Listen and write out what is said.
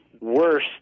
worse